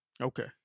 Okay